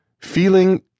feeling